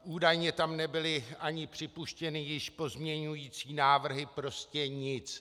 Údajně tam nebyly ani připuštěny již pozměňující návrhy, prostě nic.